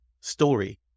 story